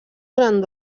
durant